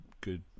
good